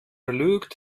lügt